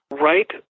Right